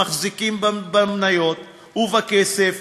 שמחזיקים במניות ובכסף,